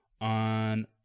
on